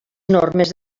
normes